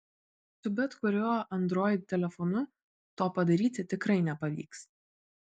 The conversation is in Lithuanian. su bet kuriuo android telefonu to padaryti tikrai nepavyks